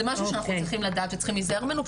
זה משהו שאנחנו צריכים לדעת וצריכים להזהר ממנו.